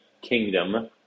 kingdom